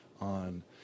on